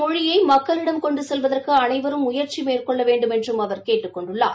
மொழியை மக்களிடம் கொண்டு செல்வதற்கு அனைவரும் முயற்சி மேற்கொள்ள இந்த வேண்டுமென்றும் கேட்டுக் கொண்டார்